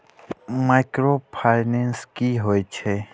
Micro finance कि होई छै?